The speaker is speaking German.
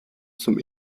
zum